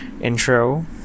intro